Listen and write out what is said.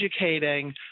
educating